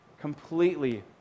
completely